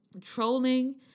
trolling